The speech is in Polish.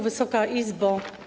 Wysoka Izbo!